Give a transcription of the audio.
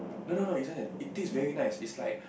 no no no it's just that it taste very nice it's like